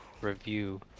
review